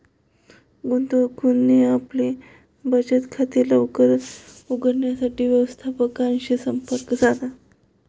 गुनगुनने आपले बचत खाते लवकर उघडण्यासाठी व्यवस्थापकाशी संपर्क साधला